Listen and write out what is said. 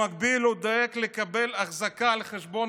במקביל הוא דואג לקבל אחזקה על חשבון